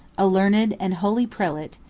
a learned and holy prelate,